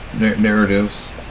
narratives